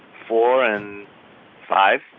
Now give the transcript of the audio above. four and five.